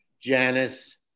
Janice